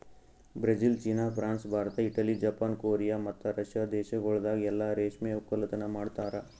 Brazil, ಚೀನಾ, France, Bharat, Italy, Japan, Korea ಮತ್ತ Russia ದೇಶಗೊಳ್ದಾಗ್ ಎಲ್ಲಾ ರೇಷ್ಮೆ ಒಕ್ಕಲತನ ಮಾಡ್ತಾರ